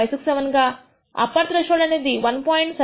567 గా upper threshold అనేది 1